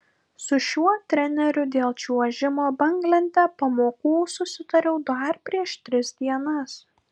su šiuo treneriu dėl čiuožimo banglente pamokų susitariau dar prieš tris dienas